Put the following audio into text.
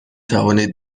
توانید